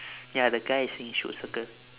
ya the guy is saying shoot circle